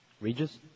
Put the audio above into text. Regis